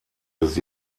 des